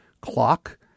clock